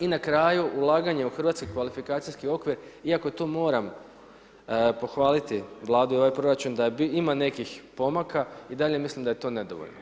I na kraju ulaganje u hrvatski kvalifikacijski okvir, iako tu moram pohvaliti Vladu i ovaj proračun da ima nekih pomaka i dalje mislim da je to nedovoljno.